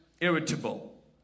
irritable